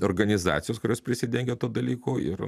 organizacijos kurios prisidengia tuo dalyku ir